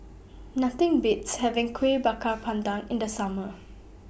Nothing Beats having Kueh Bakar Pandan in The Summer